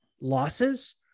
losses